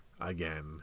again